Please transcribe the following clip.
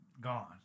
gone